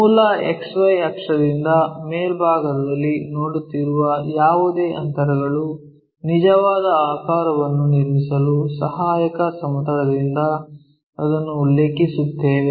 ಮೂಲ XY ಅಕ್ಷದಿಂದ ಮೇಲ್ಭಾಗದಲ್ಲಿ ನೋಡುತ್ತಿರುವ ಯಾವುದೇ ಅಂತರಗಳು ನಿಜವಾದ ಆಕಾರವನ್ನು ನಿರ್ಮಿಸಲು ಸಹಾಯಕ ಸಮತಲದಿಂದ ಅದನ್ನು ಉಲ್ಲೇಖಿಸುತ್ತೇವೆ